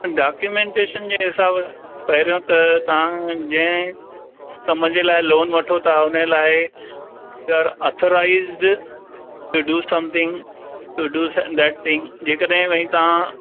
documentation जे हिसाब सां पहिरों त तव्हां जंहिं कम जे लाइ लोन वठो था उन लाइ you are authorised to do something to do that thing जेकॾहिं भई तव्हां